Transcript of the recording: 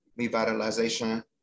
revitalization